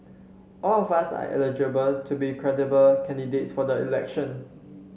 all of us are eligible to be credible candidates for the election